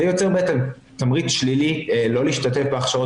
זה יוצר תמריץ שלילי לא להשתתף בהכשרות